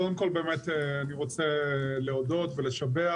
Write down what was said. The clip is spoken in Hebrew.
קודם כל, אני רוצה להודות ולשבח.